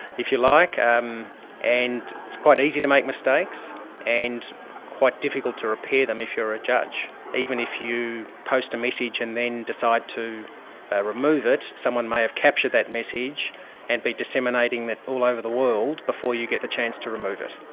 if you like, um and it's quite easy to make mistakes and quite difficult to repair them if you are a judge. even if you post a message and then decide to remove it, someone may have captured that message and be disseminating that all over the world before you get the chance to remove it.